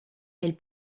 elle